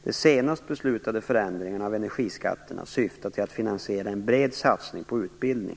De senast beslutade förändringarna av energiskatterna syftar till att finansiera en bred satsning på utbildning (bet.